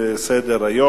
התשע"א 2010, נתקבלה.